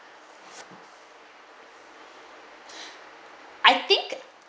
I think